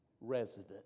resident